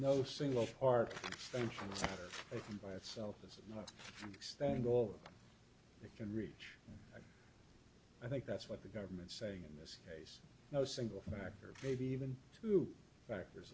no single arc by itself is not extending all they can reach i think that's what the government's saying in this case no single factor maybe even two factors